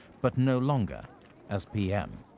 but no longer as pm.